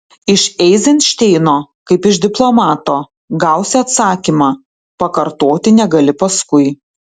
iš eizenšteino kaip iš diplomato gausi atsakymą pakartoti negali paskui